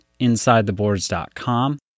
insidetheboards.com